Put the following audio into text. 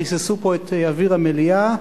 ריססו פה את אוויר המליאה.